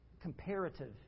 comparative